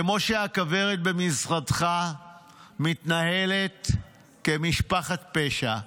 כמו שהכוורת במשרדך מתנהלת כמשפחת פשע,